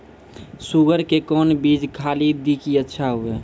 Sugar के कौन चीज खाली दी कि अच्छा हुए?